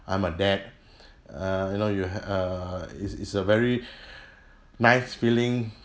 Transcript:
I'm a dad err you know you h~ err is is a very nice feeling